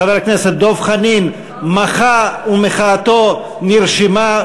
חבר הכנסת דב חנין מחה ומחאתו נרשמה.